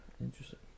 Interesting